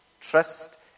Trust